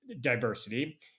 diversity